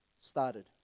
started